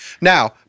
Now